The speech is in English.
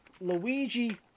Luigi